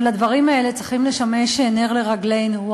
אבל הדברים האלה צריכים לשמש נר לרגלינו,